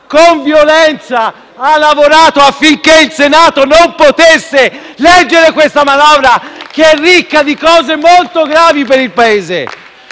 con violenza, ha lavorato affinché il Senato non potesse leggere questa manovra, che è ricca di cose molto gravi per il Paese!